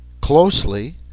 closely